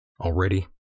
already